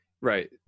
Right